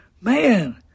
man